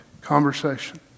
conversation